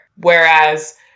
whereas